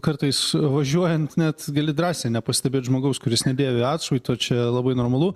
kartais važiuojant net gali drąsiai nepastebėt žmogaus kuris nedėvi atšvaito čia labai normalu